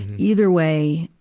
either way,